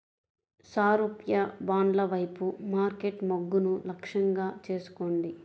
సారూప్య బ్రాండ్ల వైపు మార్కెట్ మొగ్గును లక్ష్యంగా చేసుకోండి